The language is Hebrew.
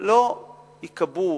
שלא ייקבעו